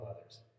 others